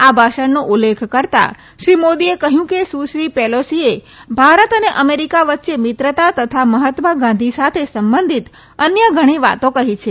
આ ભાષણનો ઉલ્લેખ કરતાં શ્રી મોદીએ કહ્યું કે સુશ્રી પેલોસીએ ભારત અને અમેરીકા વચ્ચે મિત્રતા તથા મહાત્મા ગાંઘી સાથે સંબંઘિત અન્ય ઘણી વાતો કહી છે